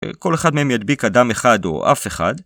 כל אחד מהם ידביק אדם אחד או אף אחד